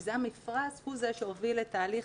שהוא זה שהוביל את תהליך